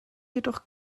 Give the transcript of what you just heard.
jedoch